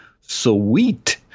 sweet